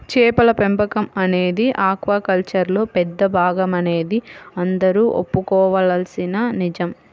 చేపల పెంపకం అనేది ఆక్వాకల్చర్లో పెద్ద భాగమనేది అందరూ ఒప్పుకోవలసిన నిజం